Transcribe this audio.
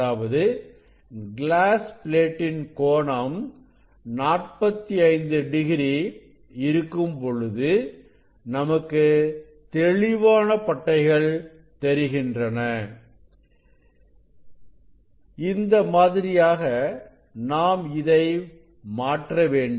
அதாவது கிளாஸ் பிளேட்டின் கோணம் 45 டிகிரி இருக்கும்பொழுது நமக்கு தெளிவான பட்டைகள் தெரிகின்றன இந்த மாதிரியாக நாம் இதை மாற்ற வேண்டும்